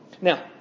Now